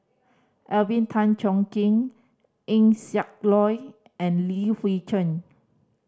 Alvin Tan Cheong Kheng Eng Siak Loy and Li Hui Cheng